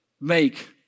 make